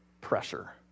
pressure